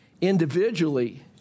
individually